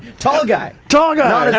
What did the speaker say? tall guy. tall guy. yeah